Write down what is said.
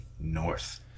North